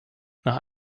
nach